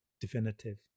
definitive